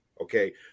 okay